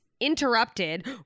Interrupted